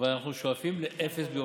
אבל אנחנו שואפים לאפס ביורוקרטיה.